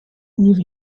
leave